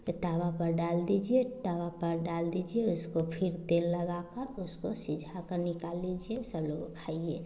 पि तवा पर डाल दीजिए तवा पर डाल दीजिए उसको फ़िर तेल लगाकर उसको सीझाकर निकाल लीजिए सब लोगों खाइए